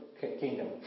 kingdom